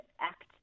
act